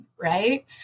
right